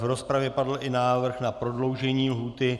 V rozpravě padl i návrh na prodloužení lhůty.